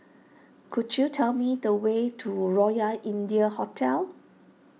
could you tell me the way to Royal India Hotel